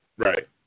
Right